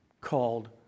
called